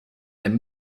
den